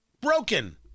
Broken